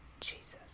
Jesus